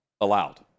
allowed